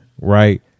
right